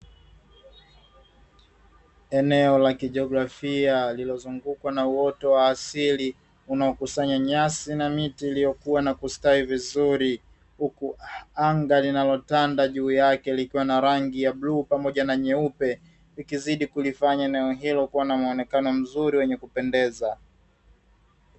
Eneo la kijiografia lililozungukwa na uoto wa asili unaokusanya nyasi na miti iliyokuwa na kustawi vizuri, huku anga linalotanda juu yake likiwa na rangi ya bluu pamoja na nyeupe, likizidi kulifanya eneo hilo kuwa na muonekano mzuri wenye kupendeza.